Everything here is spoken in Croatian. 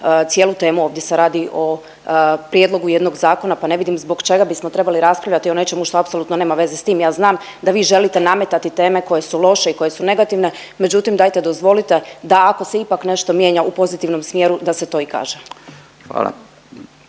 cijelu temu, ovdje se radi o prijedlogu jednog zakona pa ne vidim zbog čega bismo trebali raspravljati o nečemu što apsolutno nema veze s tim. Ja znam da vi želite nametati teme koje su loše i koje su negativne, međutim dajte dozvolite da ako se ipak nešto mijenja u pozitivnom smjeru da se to i kaže.